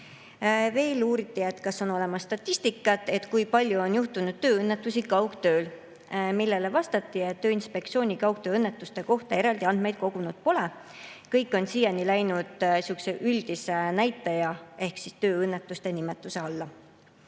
Veel uuriti, kas on olemas statistikat, kui palju on juhtunud tööõnnetusi kaugtööl. Vastati, et Tööinspektsioon kaugtööõnnetuste kohta eraldi andmeid kogunud ei ole. Kõik on siiani läinud üldise näitaja ehk tööõnnetuste nimetuse alla.